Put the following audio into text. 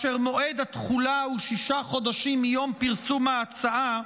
ומועד התחילה הוא שישה חודשים מיום פרסום ההצעה,